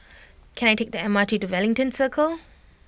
can I take the M R T to Wellington Circle